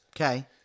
Okay